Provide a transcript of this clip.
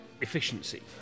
efficiency